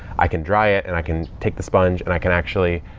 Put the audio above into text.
i can dry it and i can take the sponge and i can actually,